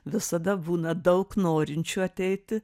visada būna daug norinčių ateiti